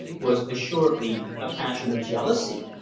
was assuredly a passion of jealousy!